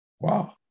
Wow